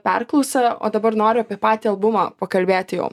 perklausą o dabar noriu apie patį albumą pakalbėti jau